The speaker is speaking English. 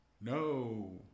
No